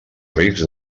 risc